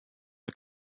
the